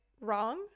wrong